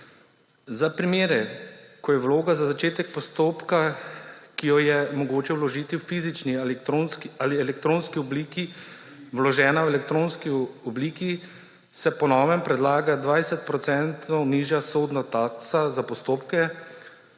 Za primere, ko je vloga za začetek postopka, ki jo je mogoče vložiti v fizični ali elektronski obliki, vložena v elektronski obliki, se po novem predlaga 20-procentna nižja sodna taksa za postopke,